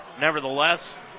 nevertheless